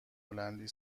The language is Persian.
هلندی